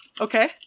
Okay